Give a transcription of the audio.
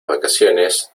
vacaciones